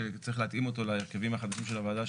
שצריך להתאים אותו להרכבים החדשים של הועדה,